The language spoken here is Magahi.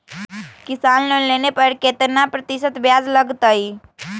किसान लोन लेने पर कितना प्रतिशत ब्याज लगेगा?